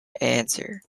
answer